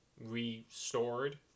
restored